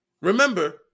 remember